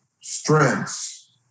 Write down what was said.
strengths